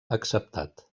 acceptat